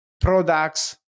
products